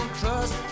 trust